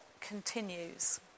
continues